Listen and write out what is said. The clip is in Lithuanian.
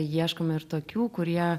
ieškome ir tokių kurie